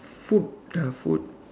food the food